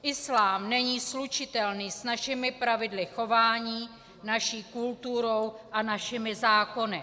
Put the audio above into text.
Islám není slučitelný s našimi pravidly chování, naší kulturou a našimi zákony.